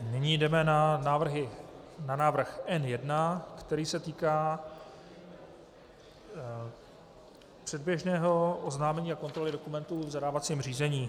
Nyní jdeme na návrh N1, který se týká předběžného oznámení a kontroly dokumentů v zadávacím řízení.